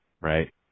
Right